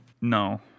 No